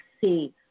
see